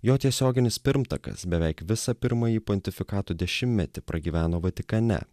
jo tiesioginis pirmtakas beveik visą pirmąjį pontifikato dešimtmetį pragyveno vatikane